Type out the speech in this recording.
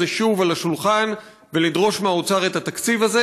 שוב על השולחן ולדרוש מהאוצר את התקציב הזה.